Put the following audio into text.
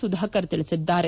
ಸುಧಾಕರ್ ತಿಳಿಸಿದ್ದಾರೆ